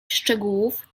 szczegółów